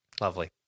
Lovely